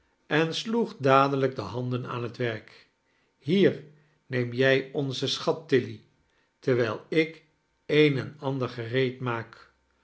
en sloeg dadelijk de handen aan t werk hder neem jij onizen achat tilly terwijl ik een en andeir gereed maak